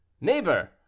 Neighbor